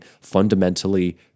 fundamentally